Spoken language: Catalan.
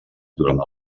durant